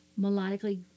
melodically